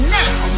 now